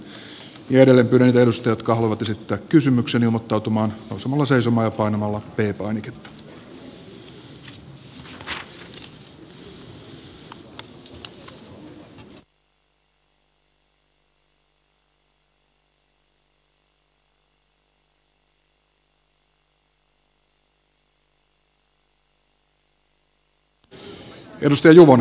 pyydän niitä edustajia jotka haluavat esittää kysymyksen ilmoittautumaan nousemalla seisomaan ja painamalla p painiketta